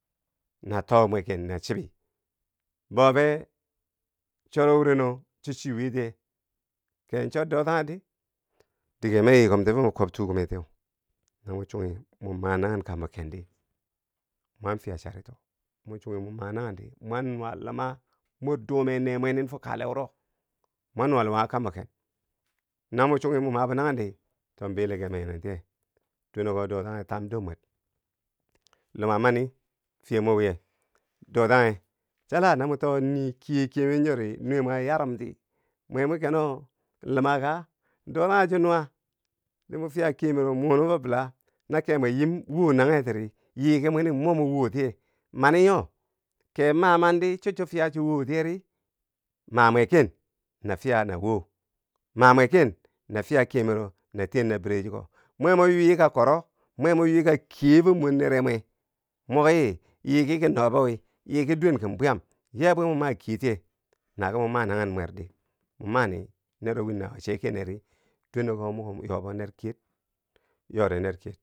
Na too mwekenna chibi, bo fe choro wureno cho chiwiye tiye? ke chor dotongher di dige ma yiikomti ma kwoob tuu kume tiyeu, no mo chunghimo ma nanghen kambokendi, mwan fiya charito, mo chunghi mo ma neghendi, mwan nuwa luma mor dume nee mwenin fo kalewuro mwan nuwa luma kambo ken, no mo chunghu mo mabo nanghendi, to bilike mayii nen tiye, duwe no ko wo dotanghe tam dor mwer, luma mani fiye mo wiye, dotanghe, tala na mo too nii kiye kiyemer nyori nuwe mwe a yarumti mwe mwi keno lumaka? dotanghe cho nuwa, di mo fiya kiyemero munum fo bila, na ke mwe yim woo nanghetiri, yiiki na mwi, mo mwa wootiye, mani nyo kee ma. andi cho chwo fiya cho wootiyeri? ma mwe ken na fiya na woo, ma mwe ken na fiya kiyemero na tiyen nabire chiko, mwe mo ywika koro, mwe mo ywika kiye fo mor nere mwe mo, ki yiiki, ki nobo wii, yiki dwenkin bwiyam, yee bwi mo ma kiye tiye? na ki mon mananghen mwerdi mon mani nero win nawo che keneri, dwenewo moki yobo ner kiyer, yore ner kiyer.